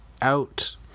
out